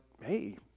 hey